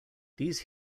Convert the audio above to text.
these